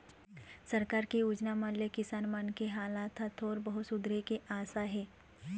सरकार के योजना मन ले किसान मन के हालात ह थोर बहुत सुधरे के आसा हे